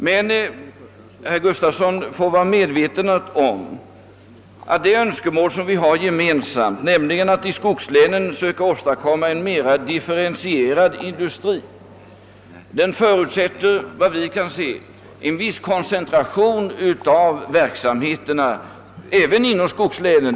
Men herr Gustavsson i Alvesta måste vara medveten om att de önskemål som vi har gemensamt, nämligen att i skogslänen söka åstadkomma en mera differentierad industri, förutsätter en viss koncentration av verksamheterna även inom skogslänen.